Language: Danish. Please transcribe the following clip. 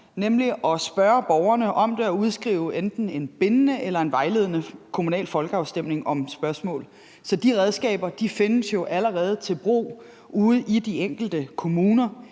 nemlig at spørge borgerne om det og udskrive enten en bindende eller en vejledende kommunal folkeafstemning om et spørgsmål. Så de redskaber findes jo allerede til brug ude i de enkelte kommuner